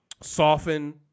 soften